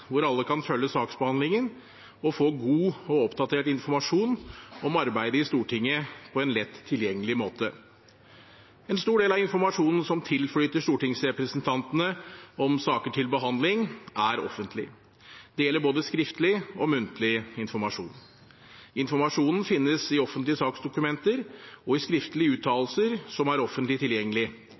hvor alle kan følge saksbehandlingen og få god og oppdatert informasjon om arbeidet i Stortinget på en lett tilgjengelig måte. En stor del av informasjonen som tilflyter stortingsrepresentantene om saker til behandling, er offentlig. Det gjelder både skriftlig og muntlig informasjon. Informasjonen finnes i offentlige saksdokumenter og i skriftlige uttalelser som er offentlig tilgjengelig,